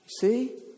See